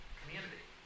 community